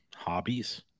hobbies